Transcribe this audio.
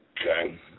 Okay